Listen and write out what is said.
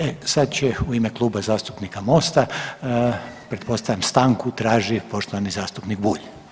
E sad će u ime Kluba zastupnika MOST-a pretpostavljam stanku traži poštovani zastupnik Bulj.